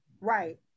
Right